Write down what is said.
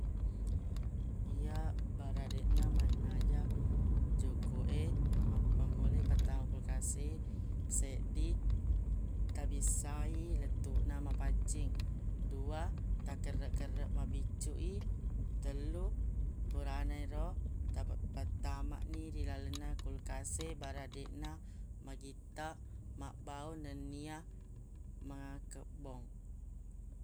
Iya baraq deqna mannaja juku e mappamula ipatama kulkas e seddi tabissa i lettuq na mapaccing dua takerreq-kerreq mabiccu i tellu purana ero tape pattama ni ri lalenna kulkas e baraq deqna magittaq mabbau nennia makebbong